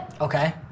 Okay